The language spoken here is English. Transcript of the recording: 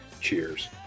Cheers